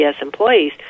employees